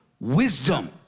wisdom